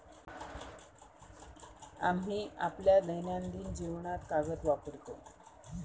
आम्ही आपल्या दैनंदिन जीवनात कागद वापरतो